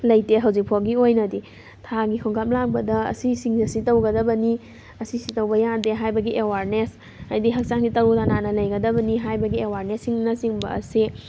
ꯂꯩꯇꯦ ꯍꯧꯖꯤꯛ ꯐꯥꯎꯒꯤ ꯑꯣꯏꯅꯗꯤ ꯊꯥꯒꯤ ꯈꯣꯡꯀꯥꯞ ꯂꯥꯛꯄꯗ ꯑꯁꯤꯁꯤꯡ ꯑꯁꯤ ꯇꯧꯒꯗꯕꯅꯤ ꯑꯁꯤꯁꯤ ꯇꯧꯕ ꯌꯥꯗꯦ ꯍꯥꯏꯕꯒꯤ ꯑꯦꯋꯥꯔꯅꯦꯁ ꯍꯥꯏꯗꯤ ꯍꯛꯆꯥꯡꯁꯤ ꯇꯔꯨ ꯇꯅꯥꯟꯅ ꯂꯩꯒꯗꯕꯅꯤ ꯍꯥꯏꯕꯒꯤ ꯑꯦꯋꯥꯔꯅꯦꯁꯁꯤꯡꯅꯆꯤꯡꯕ ꯑꯁꯤ